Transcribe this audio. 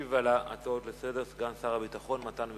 ישיב על ההצעות לסדר-היום סגן שר הביטחון מתן וילנאי.